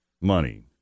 money